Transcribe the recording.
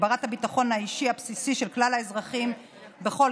הגברת הביטחון האישי הבסיסי של כלל האזרחים בכל